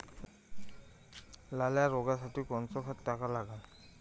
लाल्या रोगासाठी कोनचं खत टाका लागन?